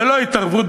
ללא התערבות,